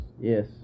Yes